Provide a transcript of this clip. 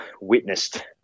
witnessed